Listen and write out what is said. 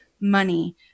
money